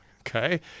Okay